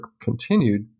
continued